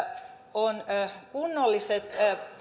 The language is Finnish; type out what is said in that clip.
on kunnolliset